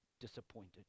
disappointed